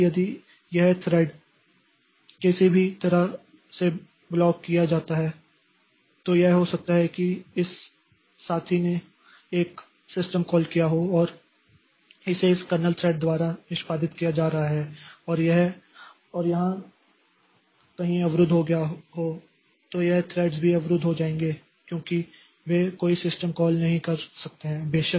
इसलिए यदि यह थ्रेड किसी भी तरह से ब्लॉक किया जाता है तो यह हो सकता है कि इस साथी ने एक सिस्टम कॉल किया हो और इसे इस कर्नेल थ्रेड द्वारा निष्पादित किया जा रहा हो और यह यहां कहीं अवरुद्ध हो गया हो तो यह थ्रेड्स भी अवरुद्ध हो जाएंगे क्योंकि वे कोई सिस्टम कॉल नहीं कर सकते हैं